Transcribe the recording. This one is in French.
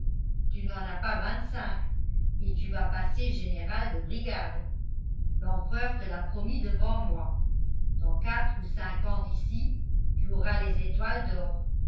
tu n'en as pas vingt-cinq et tu vas passer général de brigade l'empereur te l'a promis devant moi dans quatre ou cinq ans d'ici tu auras les étoiles d'or